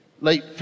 late